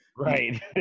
right